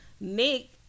Nick